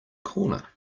corner